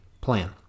plan